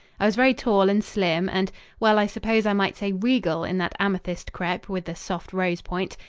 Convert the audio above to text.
i was very tall and slim and well, i suppose i might say regal in that amethyst crepe with the soft rose-point,